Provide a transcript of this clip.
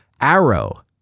Arrow